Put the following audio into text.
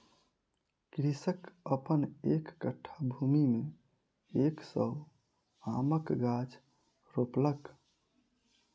कृषक अपन एक कट्ठा भूमि में एक सौ आमक गाछ रोपलक